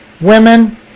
women